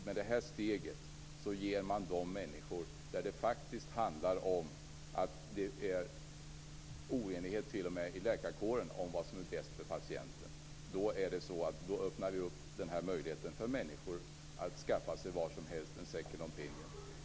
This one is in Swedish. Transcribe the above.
När det sedan gäller second opinion är det oenighet t.o.m. inom läkarkåren om vad som är bäst för patienten. Med det här steget öppnar vi möjligheten för människor att var som helst skaffa sig en second opinion.